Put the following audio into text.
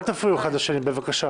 אל תפריעו אחד לשני, בבקשה.